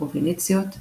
מחולק לנפות,